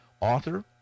author